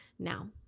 Now